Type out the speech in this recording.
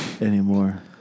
anymore